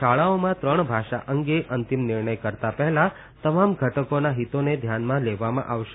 શાળાઓમાં ત્રણ ભાષા અંગે અંતિમ નિર્ણય કરતાં પહેલાં તમામ ઘટકોના હિતોને ધ્યાનમાં લેવામાં આવશે